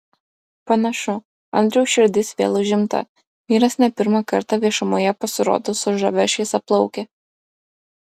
panašu andriaus širdis vėl užimta vyras ne pirmą kartą viešumoje pasirodo su žavia šviesiaplauke